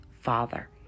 father